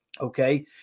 okay